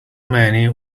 many